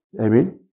Amen